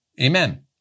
Amen